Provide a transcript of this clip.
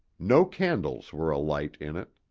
no candles were alight in it.